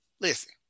listen